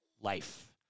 Life